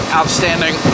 Outstanding